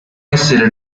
essere